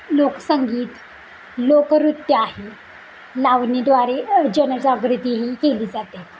लोकसंगीत लोकनृत्य आहे लावणीद्वारे जनजागृती ही केली जाते